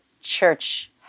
church